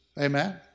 amen